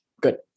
Good